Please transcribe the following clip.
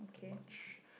much